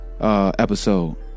Episode